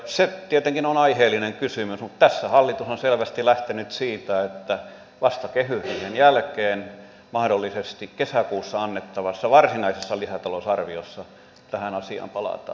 se tietenkin on aiheellinen kysymys mutta tässä hallitus on selvästi lähtenyt siitä että vasta kehysriihen jälkeen mahdollisesti kesäkuussa annettavassa varsinaisessa lisätalousarviossa tähän asiaan palataan